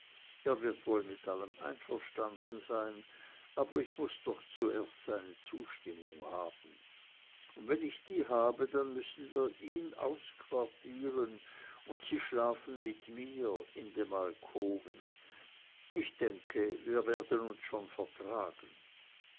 er wird wohl mit allem einverstanden sein aber ich muß doch erst seine zustimmung haben und wenn ich die habe dann müssen wir ihn ausquartieren und sie schlafen mit mir in dem alkoven ich denke wir werden uns schon vertragen